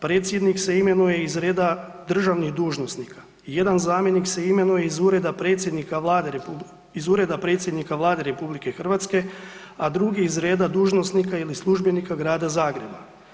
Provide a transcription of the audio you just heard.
Predsjednik se imenuje iz reda državnih dužnosnika, jedan zamjenik se imenuje iz Ureda predsjednika Vlade RH, a drugi iz reda dužnosnika ili službenika Grada Zagreba.